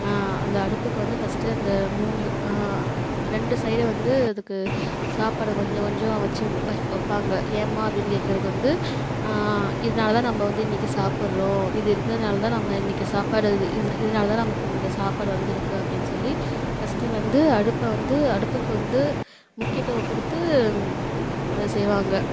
அந்த அடுப்புக்கு வந்து ஃபஸ்ட்டு அந்த மூணு ரெண்டு சைடு வந்து அதுக்கு சாப்பாடை கொஞ்சம் கொஞ்சம் வச்சிவிடு வப் வைப்பாங்க ஏம்மா அப்படின்னு கேட்குறதுக்கு வந்து இதனாலதான் நம்ம வந்து இன்னைக்கு சாப்பிட்றோம் இது இருந்ததனாலதான் நம்ம இன்னைக்கு சாப்பாடு இது இது இதனாலதான் நமக்கு இந்த சாப்பாடு வந்திருக்கு அப்படின்னு சொல்லி ஃபஸ்ட்டு வந்து அடுப்பை வந்து அடுப்புக்கு வந்து முக்கியத்துவம் கொடுத்து அதை செய்வாங்க